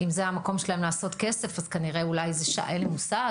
אם זה המקום שלהם לעשות כסף אז כנראה אולי זה אין לי מושג.